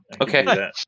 Okay